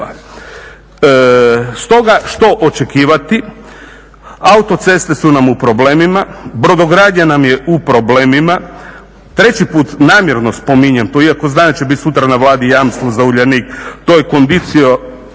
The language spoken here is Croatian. Stoga, što očekivati? Autoceste su nam u problemima, brodogradnja nam je u problemima, treći put namjerno spominjem to iako znam da će sutra biti na Vladi …, to je …